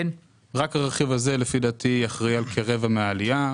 רק הרכיב הזה לפי דעתי יכריע על כרבע מהעלייה,